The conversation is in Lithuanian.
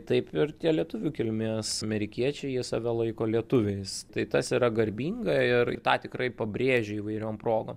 taip ir tie lietuvių kilmės amerikiečiai jie save laiko lietuviais tai tas yra garbinga ir tą tikrai pabrėžia įvairiom progom